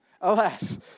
alas